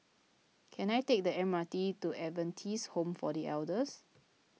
can I take the M R T to Adventist Home for the Elders